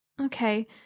Okay